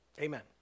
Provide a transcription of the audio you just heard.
Amen